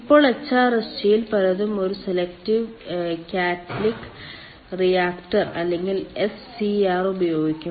ഇപ്പോൾ HRSG യിൽ പലതും ഒരു സെലക്ടീവ് കാറ്റലറ്റിക് റിയാക്റ്റർ അല്ലെങ്കിൽ SCR ഉപയോഗിക്കും